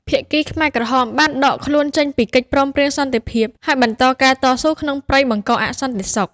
ភាគីខ្មែរក្រហមបានដកខ្លួនចេញពីកិច្ចព្រមព្រៀងសន្តិភាព ហើយបន្តការតស៊ូក្នុងព្រៃបង្កអសន្តិសុខ។